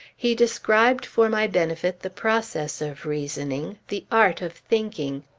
he described for my benefit the process of reasoning, the art of thinking.